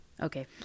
Okay